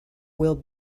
will